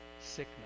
sickness